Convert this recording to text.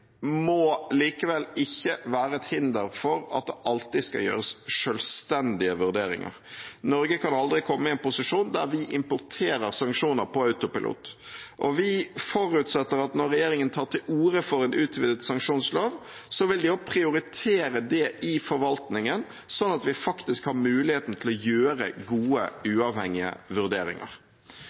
må likevel ikke være et hinder for at det alltid skal gjøres selvstendige vurderinger. Norge kan aldri komme i en posisjon der vi importerer sanksjoner på autopilot. Vi forutsetter at når regjeringen tar til orde for en utvidet sanksjonslov, vil de også prioritere det i forvaltningen, sånn at vi faktisk har muligheten til å gjøre gode, uavhengige vurderinger.